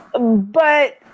but-